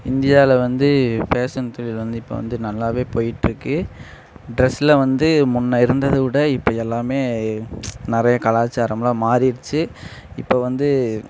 இந்தியாவில் வந்து ஃபேஷன் தொழில் வந்து இப்போ வந்து நல்லாவே போயிட்டு இருக்கு ட்ரெஸ்ல வந்து முன்ன இருந்ததைவிட இப்போ எல்லாமே நிறைய கலாச்சாரம் எல்லாம் மாறிருச்சு இப்போ வந்து